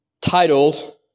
titled